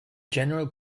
general